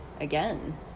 again